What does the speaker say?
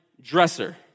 dresser